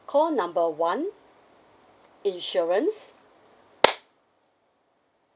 call number one insurance